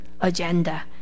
agenda